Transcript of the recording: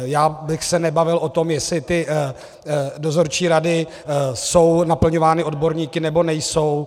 Já bych se nebavil o tom, jestli ty dozorčí rady jsou naplňovány odborníky, nebo nejsou.